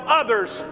others